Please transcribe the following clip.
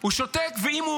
הוא שותק גם עם עצמו.